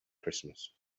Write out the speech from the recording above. christmas